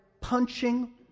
punching